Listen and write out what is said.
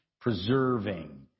preserving